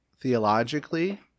theologically